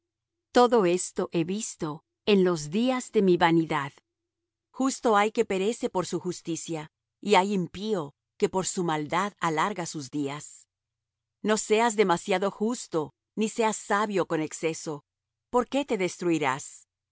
todo esto he visto en los días de mi vanidad justo hay que perece por su justicia y hay impío que por su maldad alarga sus días no seas demasiado justo ni seas sabio con exceso por qué te destruirás no